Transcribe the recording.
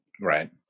Right